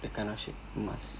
that kind of shit must